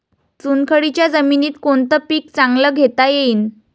चुनखडीच्या जमीनीत कोनतं पीक चांगलं घेता येईन?